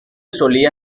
solía